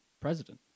president